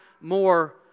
more